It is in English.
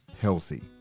healthy